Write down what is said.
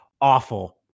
awful